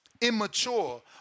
immature